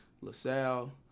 LaSalle